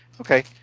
Okay